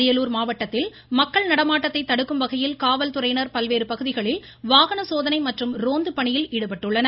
அரியலூர் மாவட்டத்தில் மக்கள் நடமாட்டத்தை தடுக்கும் வகையில் காவல்துறையினர் பல்வேறு பகுதிகளில் வாகனச் சோதனை மற்றும் ரோந்து பணியில் ஈடுபட்டுள்ளனர்